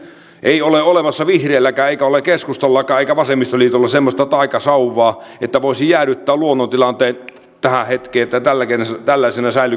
ei ole olemassa vihreilläkään eikä ole keskustallakaan eikä vasemmistoliitolla semmoista taikasauvaa että voisi jäädyttää luonnon tilanteen tähän hetkeen että tällaisena säilyköön kaikki